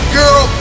girl